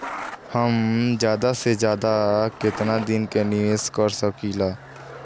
हम ज्यदा से ज्यदा केतना दिन के निवेश कर सकिला?